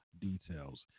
details